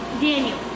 Daniel